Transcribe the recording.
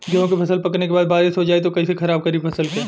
गेहूँ के फसल पकने के बाद बारिश हो जाई त कइसे खराब करी फसल के?